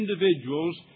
individuals